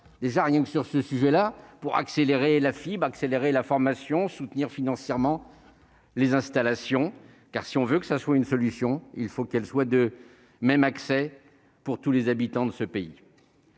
déjà rien que sur ce sujet-là pour accélérer la fibre accélérer la formation soutenir financièrement les installations car si on veut que ça soit une solution, il faut qu'elle soit de même accès pour tous les habitants de ce pays,